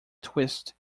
twist